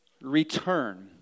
return